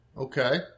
Okay